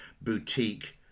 boutique